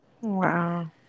Wow